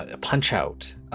Punch-Out